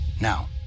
Now